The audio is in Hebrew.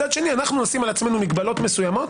מצד שני אנחנו נשים על עצמנו מגבלות מסוימות